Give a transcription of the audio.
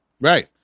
Right